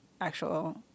actual